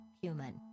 human